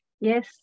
Yes